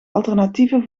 alternatieven